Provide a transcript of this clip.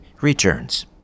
returns